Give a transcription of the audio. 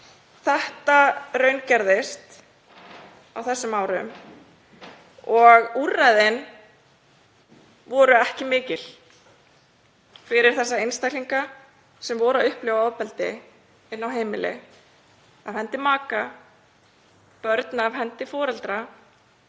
Þetta raungerðist á þessum árum og úrræðin voru ekki mikil fyrir einstaklinga sem upplifðu ofbeldi inni á heimili af hendi maka, börn af hendi foreldra